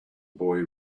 boy